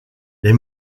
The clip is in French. les